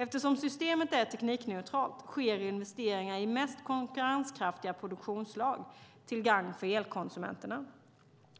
Eftersom systemet är teknikneutralt sker investeringar i de mest konkurrenskraftiga produktionsslagen, till gagn för elkonsumenterna.